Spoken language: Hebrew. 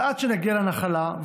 אז עד שנגיע לנחלה,